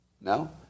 No